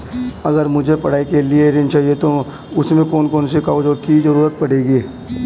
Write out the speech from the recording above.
अगर मुझे पढ़ाई के लिए ऋण चाहिए तो उसमें कौन कौन से कागजों की जरूरत पड़ेगी?